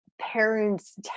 parents